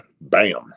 Bam